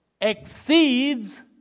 exceeds